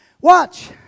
Watch